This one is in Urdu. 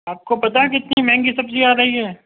آپ کو پتّہ ہے کتنی مہنگی سبزی آ رہی ہے